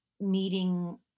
meeting